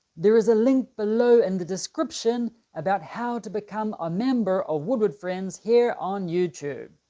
there is a link below in the description about how to become a member of woodward friends here on youtube.